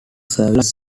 service